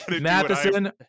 Matheson